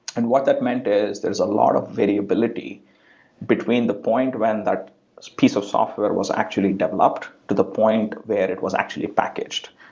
and what that meant is there's a lot of variability between the point when that piece of software was actually developed to the point where it was actually packaged.